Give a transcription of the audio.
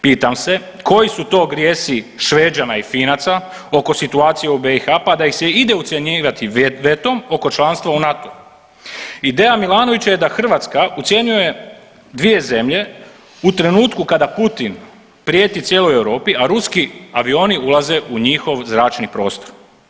Pitam se, koji su to grijesi Šveđana i Finaca oko situacije u BiH pa da ih se ide ucjenjivati vetom oko članstva u NATO-u? ideja Milanovića je da Hrvatska ucjenjuje dvije zemlje u trenutku kada Putin prijeti cijeloj Europi, a ruski avioni ulaze u njihov zračni prostor.